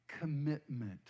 commitment